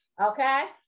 okay